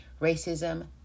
Racism